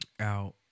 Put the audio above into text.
out